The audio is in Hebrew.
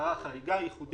הכרה חריגה, ייחודית.